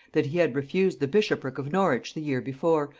that he had refused the bishopric of norwich the year before,